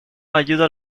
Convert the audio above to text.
ayuda